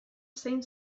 zein